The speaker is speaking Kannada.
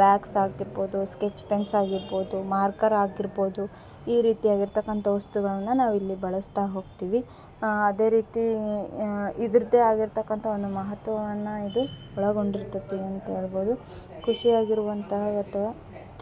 ಬ್ಯಾಗ್ಸ್ ಆಗಿರ್ಬೌದು ಸ್ಕೆಚ್ ಪೆನ್ಸ್ ಆಗಿರ್ಬೌದು ಮಾರ್ಕರ್ ಆಗಿರ್ಬೌದು ಈ ರೀತಿಯಾಗಿರ್ತಕಂಥ ವಸ್ತುಗಳನ್ನು ನಾವು ಇಲ್ಲಿ ಬಳಸ್ತ ಹೋಗ್ತಿವಿ ಅದೇ ರೀತಿ ಇದರದ್ದೇ ಆಗಿರ್ತಕಂಥ ಒಂದು ಮಹತ್ವವನ್ನು ಇದು ಒಳಗೊಂಡಿರ್ತದೆ ಅಂತ ಹೇಳ್ಬೌದು ಕುಷಿಯಾಗಿರುವಂತಹ ಅಥ್ವ